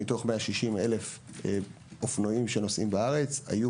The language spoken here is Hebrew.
מתוך 160,000 אופנועים שנוסעים בארץ היו